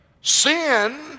sin